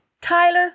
Tyler